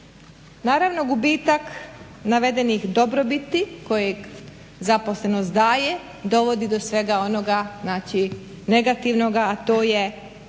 Naravno gubitak navedenih dobrobiti, kojeg zaposlenost daje dovodi do svega onoga, znači negativnoga a to je